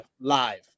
live